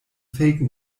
fake